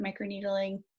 microneedling